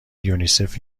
یونیسف